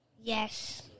Yes